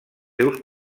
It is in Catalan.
seus